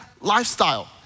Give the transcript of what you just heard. lifestyle